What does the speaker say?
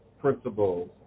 principles